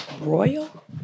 Royal